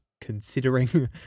considering